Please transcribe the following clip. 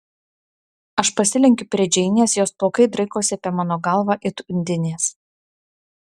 aš pasilenkiu prie džeinės jos plaukai draikosi apie mano galvą it undinės